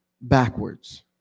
backwards